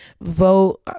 Vote